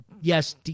yes